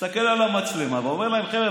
מסתכל על המצלמה ואומר להם: חבר'ה,